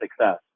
success